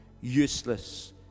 useless